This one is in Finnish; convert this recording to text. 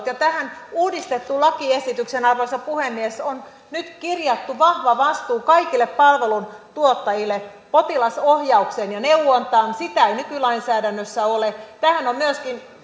ja tähän uudistettuun lakiesitykseen arvoisa puhemies on nyt kirjattu vahva vastuu kaikille palveluntuottajille potilasohjaukseen ja neuvontaan sitä ei nykylainsäädännössä ole tähän on myöskin